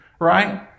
right